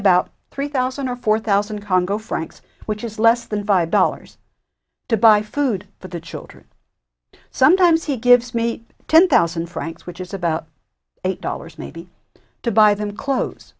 about three thousand or four thousand congo francs which is less than five dollars to buy food for the children sometimes he gives me ten thousand francs which is about eight dollars maybe to buy them clo